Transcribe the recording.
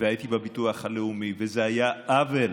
והייתי בביטוח הלאומי, וזה היה עוול